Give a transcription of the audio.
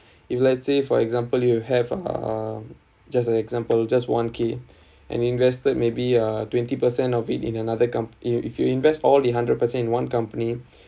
if let's say for example you have um just an example just one K and invested maybe uh twenty per cent of it in another com~ in if you invest all the hundred percent in one company